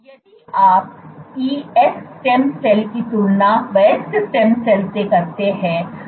यदि आप ES stem cell की तुलना वयस्क स्टेम सेल से करते हैं